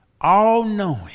all-knowing